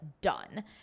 done